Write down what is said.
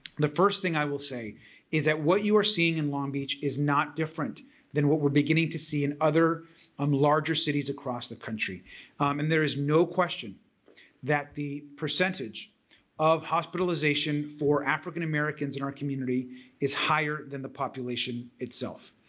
the first thing i will say is that what you are seeing in long beach is not different than what we're beginning to see in other um larger cities across the country and there is no question that the percentage of hospitalization for african-americans in our community is higher than the population itself.